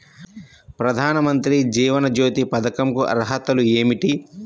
ప్రధాన మంత్రి జీవన జ్యోతి పథకంకు అర్హతలు ఏమిటి?